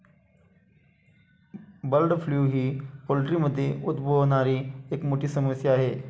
bird flu ही पोल्ट्रीमध्ये उद्भवणारी एक मोठी समस्या आहे